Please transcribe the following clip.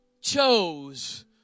chose